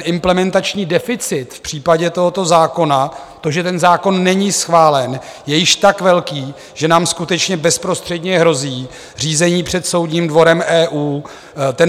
Implementační deficit v případě tohoto zákona, to, že ten zákon není schválen, je již tak velký, že nám skutečně bezprostředně hrozí řízení před Soudním dvorem EU.